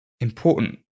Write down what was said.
important